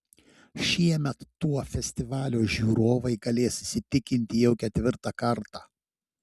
šiemet tuo festivalio žiūrovai galės įsitikinti jau ketvirtą kartą